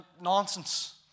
nonsense